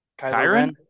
Kyron